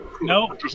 No